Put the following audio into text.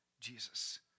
Jesus